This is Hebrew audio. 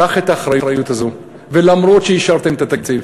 קח את האחריות הזאת, וגם אם אישרתם את התקציב,